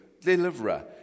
deliverer